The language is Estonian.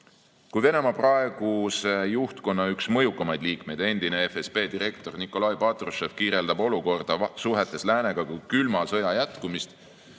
Venemaa praeguse juhtkonna mõjukaimaid liikmeid, endine FSB direktor Nikolai Patrušev kirjeldab olukorda suhetes läänega kui külma sõja jätkumist,